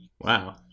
Wow